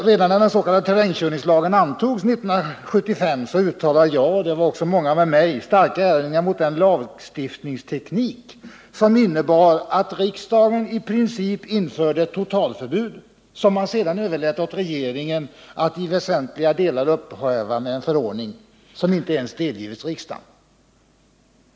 Redan när den s.k. terrängkörningslagen antogs 1975 uttalade jag och många med mig starka erinringar mot den lagstiftningsteknik som tillämpades och som innebar att riksdagen i princip införde ett totalförbud, vilket man sedan överlät åt regeringen att i väsentliga delar upphäva med en förordning som inte ens delgivits riksdagen.